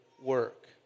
work